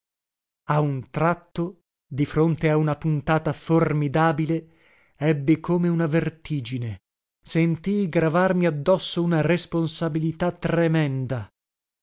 a un tratto di fronte a una puntata formidabile ebbi come una vertigine sentii gravarmi addosso una responsabilità tremenda